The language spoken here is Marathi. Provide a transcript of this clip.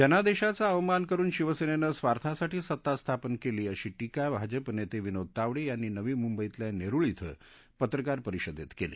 जनादेशाचा अवमान करून शिवसेनेनं स्वार्थासाठी सत्तास्थापन केली अशी टीका भाजपा नेते विनोद तावडे यांनी नवी मुंबईतल्या नेरूळ श्विं पत्रकार परिषदेत केली